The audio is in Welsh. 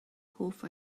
hoff